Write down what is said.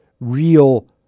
real